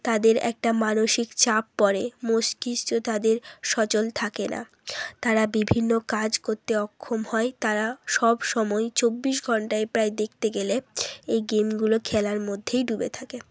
তাদের একটা মানসিক চাপ পড়ে মস্তিস্ক তাদের সচল থাকে না তারা বিভিন্ন কাজ করতে অক্ষম হয় তারা সবসময় চব্বিশ ঘন্টাই প্রায় দেখতে গেলে এই গেমগুলো খেলার মধ্যেই ডুবে থাকে